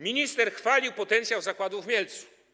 Minister chwalił potencjał zakładów w Mielcu.